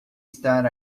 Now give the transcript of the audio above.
estar